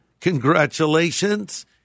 congratulations